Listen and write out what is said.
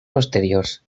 posteriors